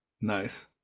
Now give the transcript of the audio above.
Nice